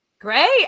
Great